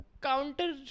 Counter